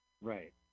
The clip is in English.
Right